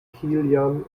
kilian